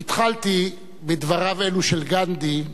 התחלתי בדבריו אלו של גנדי,